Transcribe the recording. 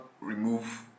remove